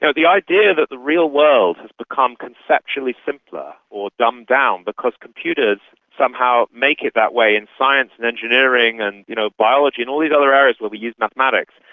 so the idea that the real world has become conceptually simpler or dumbed down because computers somehow make it that way in science and engineering and you know biology and all these other areas where we use mathematics,